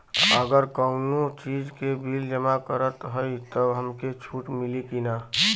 अगर कउनो चीज़ के बिल जमा करत हई तब हमके छूट मिली कि ना?